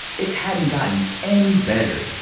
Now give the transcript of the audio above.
it hadn't gotten any better!